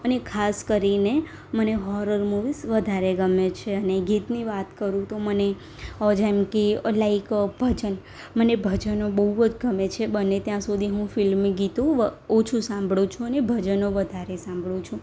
અને ખાસ કરીને મને હોરર મૂવીઝ વધારે ગમે છે અને ગીતની વાત કરું તો મને જેમ કે લાઈક ભજન મને ભજનો બહુ જ ગમે છે બને ત્યાં સુધી હું ફિલ્મી ગીતો વ ઓછું સાંભળું છું અને ભજનો વધારે સાંભળું છું